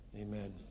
amen